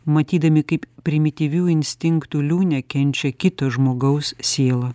matydami kaip primityvių instinktų liūne kenčia kito žmogaus siela